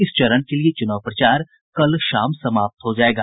इस चरण के लिये चुनाव प्रचार कल शाम समाप्त हो जायेगा